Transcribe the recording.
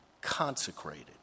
Consecrated